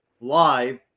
live